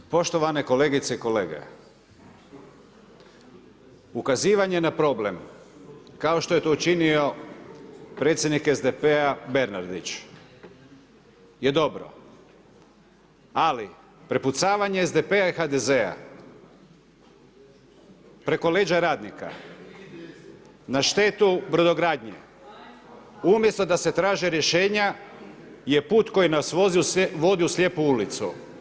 Poštovane kolegice i kolege, ukazivanje na problem, kao što je to činio predsjednik SDP-a Bernardić je dobro, ali prepucavanje SDP-a i HDZ-a preko leđa radnika na štetu brodogradnje, umjesto da se traže rješenja, je put koji nas vodi u slijepu ulicu.